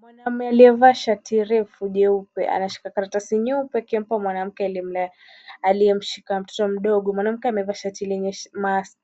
Mwanaume aliyevaa shati refu jeupe anashika karatasi nyeupe akimpa mwanamke aliyemshika mtoto mdogo. Mwanamke amevaa shati lenye